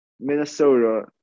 Minnesota